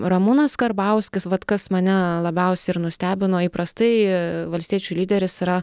ramūnas karbauskis vat kas mane labiausiai ir nustebino įprastai valstiečių lyderis yra